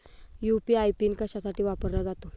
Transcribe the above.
UPI PIN कशासाठी वापरला जातो?